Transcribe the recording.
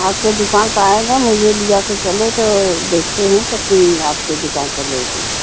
आपको दुकान पर आएँगे मुझे लिया कर चलें तो देखते हैं तो फिर आपके दुकान पर भेज देंगे